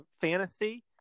fantasy